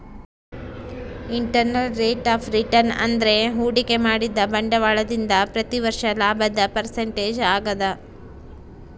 internal rate of return ಅಂದ್ರೆ ಹೂಡಿಕೆ ಮಾಡಿದ ಬಂಡವಾಳದಿಂದ ಪ್ರತಿ ವರ್ಷ ಲಾಭದ ಪರ್ಸೆಂಟೇಜ್ ಆಗದ